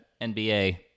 NBA